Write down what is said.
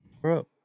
Bro